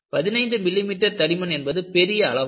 15 millimetre தடிமன் என்பது பெரிய அளவாகும்